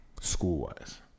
School-wise